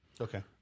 Okay